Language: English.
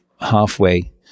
halfway